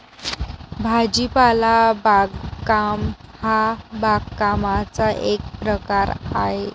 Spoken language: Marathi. भाजीपाला बागकाम हा बागकामाचा एक प्रकार आहे